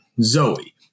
Zoe